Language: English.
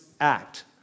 act